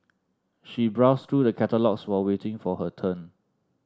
she browsed through the catalogues while waiting for her turn